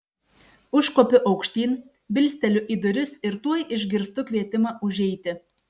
užkopiu aukštyn bilsteliu į duris ir tuoj išgirstu kvietimą užeiti